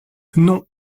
non